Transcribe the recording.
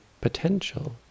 potential